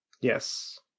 yes